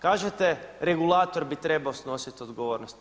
Kažete regulator bi trebao snositi odgovornost.